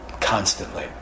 constantly